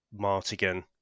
Martigan